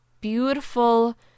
beautiful